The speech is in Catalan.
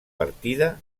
partida